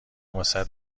واست